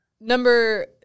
number